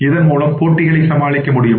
இதன் மூலம் போட்டிகளை சமாளிக்க முடியும்